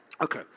Okay